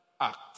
act